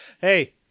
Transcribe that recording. Hey